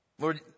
Lord